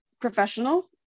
professional